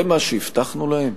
זה מה שהבטחנו להם?